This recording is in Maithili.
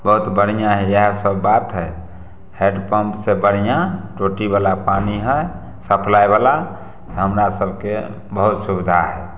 बहुत बढ़िऑं है इएह सब बात है हैण्डपम्प से बढ़िऑं टोटी बला पानि है सप्लाय बला हमरा सबके बहुत सुबिधा है